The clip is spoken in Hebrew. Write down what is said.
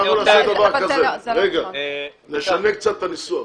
רגע, אנחנו נעשה דבר כזה נשנה קצת את הניסוח.